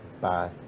Bye